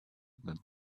that